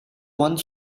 one